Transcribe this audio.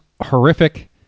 horrific